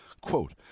Quote